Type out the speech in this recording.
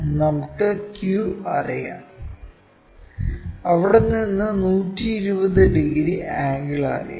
നമുക്ക് q അറിയാം അവിടെനിന്ന് 120 ഡിഗ്രി ആംഗിൾ അറിയാം